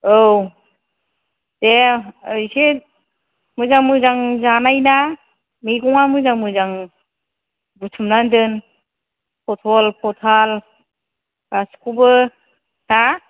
औ दे एसे मोजां मोजां जानायना मैगंआ मोजां मोजां बुथुमनानै दोन पटल फटाल गासैखौबो हा